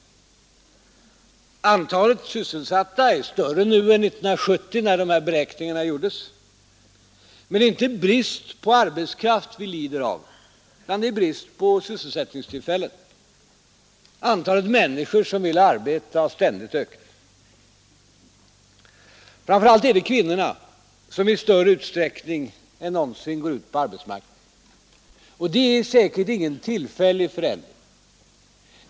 Antalet sysselsatta är större nu än 1970 — när dessa beräkningar gjordes. Men det är inte brist på arbetskraft vi lider av, det är brist på sysselsättningstillfällen. Antalet människor som vill ha arbete har kraftigt ökat. Framför allt är det kvinnorna som i större utsträckning än någonsin går ut på arbetsmarknaden. Och det är ingen tillfällig förändring.